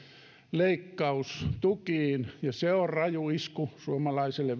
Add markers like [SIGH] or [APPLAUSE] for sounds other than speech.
leikkaus tukiin se on raju isku suomalaiselle [UNINTELLIGIBLE]